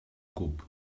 cup